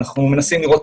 אנחנו מנסים לראות